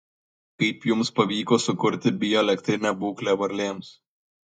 kaip jums pavyko sukurti bioelektrinę būklę varlėms